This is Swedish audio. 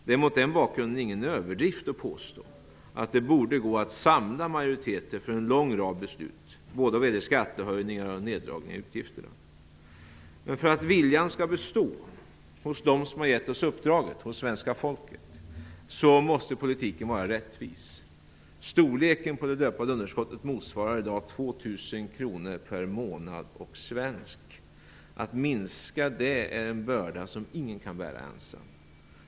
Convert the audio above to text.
Det är mot den bakgrunden ingen överdrift att påstå att det borde gå att samla majoriteter för en lång rad beslut, både vad det gäller skattehöjningar och neddragna utgifter. Men för att viljan skall bestå hos dem som har givit oss uppdraget - hos svenska folket - måste politiken vara rättvis. Storleken på det löpande underskottet motsvarar i dag 2 000 kr per månad och svensk. Att minska det är en börda som ingen kan bära ensam.